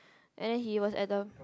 and he was at the